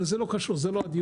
אבל זה לא קשור, זה לא הדיון.